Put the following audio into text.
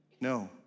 No